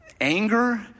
anger